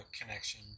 connection